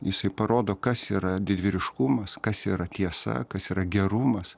jisai parodo kas yra didvyriškumas kas yra tiesa kas yra gerumas